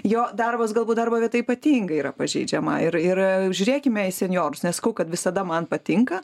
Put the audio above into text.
jo darbas galbūt darbo vieta ypatingai yra pažeidžiama ir ir žiūrėkime į senjorus nesakau kad visada man patinka